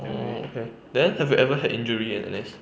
orh okay then have you ever had injury in N_S